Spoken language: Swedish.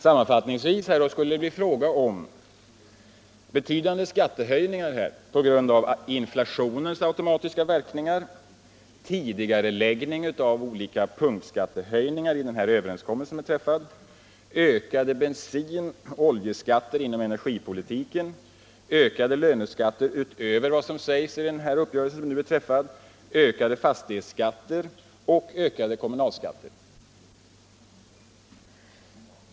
Sammanfattningsvis skulle det bli fråga om betydande skattehöjningar på grund av inflationens automatiska verkningar, tidigareläggning av olika punktskattehöjningar enligt den överenskommelse som är träffad, ökade bensinoch oljeskatter inom energipolitiken, ökade löneskatter utöver vad som sägs i uppgörelsen, ökade fastighetsskatter och ökade kommunalskatter.